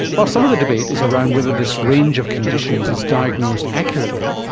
while some of the debate is around whether this range of conditions is diagnosed accurately,